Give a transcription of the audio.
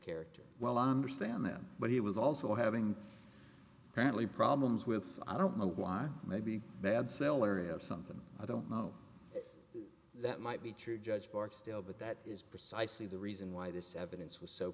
character well i understand but he was also having currently problems with i don't know why maybe they had celery of something i don't know that might be true judge barksdale but that is precisely the reason why this evidence was so